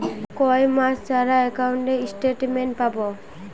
কয় মাস ছাড়া একাউন্টে স্টেটমেন্ট পাব?